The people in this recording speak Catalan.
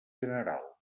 general